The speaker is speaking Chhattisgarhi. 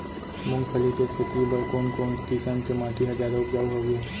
मूंगफली के खेती बर कोन कोन किसम के माटी ह जादा उपजाऊ हवये?